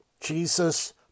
Jesus